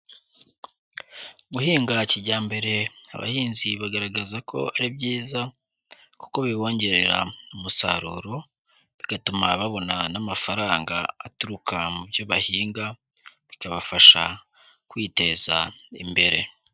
Guhinga kijyambere abahinzi bagaragaza ko ari byiza kuko bibongerera umusaruro, bigatuma babona n'amafaranga aturuka mu byo bahinga, bikabafasha kwiteza imbere.